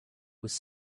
was